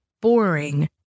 boring